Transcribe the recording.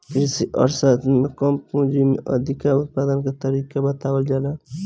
कृषि अर्थशास्त्र में कम पूंजी में अधिका उत्पादन के तरीका बतावल जाला